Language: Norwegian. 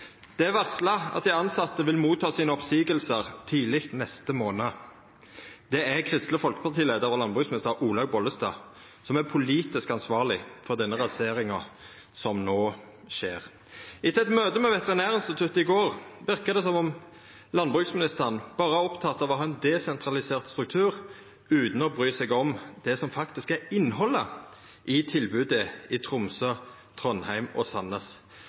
Det er varsla at dei tilsette vil få oppseiingar tidleg neste månad. Det er Kristeleg Folkeparti-leiar og landbruksminister Olaug V. Bollestad som er politisk ansvarleg for raseringa som no skjer. Etter eit møte med Veterinærinstituttet i går verkar det som om landbruksministeren berre er oppteken av å ha ein desentralisert struktur utan å bry seg om det som faktisk er innhaldet i tilbodet i Tromsø, Trondheim og Sandnes.